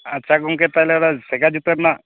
ᱟᱪᱪᱦᱟ ᱜᱚᱝᱠᱮ ᱛᱟᱦᱚᱞᱮ ᱚᱱᱟ ᱥᱮᱜᱟ ᱡᱩᱛᱟᱹ ᱨᱮᱱᱟᱜ